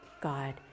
God